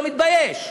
לא מתבייש: